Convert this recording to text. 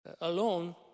alone